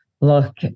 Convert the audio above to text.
look